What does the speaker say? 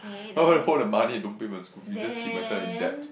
why would I hold the money don't pay my school fee just keep myself in debt